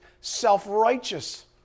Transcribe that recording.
self-righteous